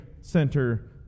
Center